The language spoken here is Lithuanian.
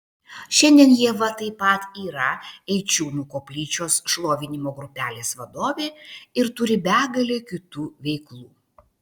šiandien ieva taip pat yra eičiūnų koplyčios šlovinimo grupelės vadovė ir turi begalę kitų veiklų